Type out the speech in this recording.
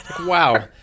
Wow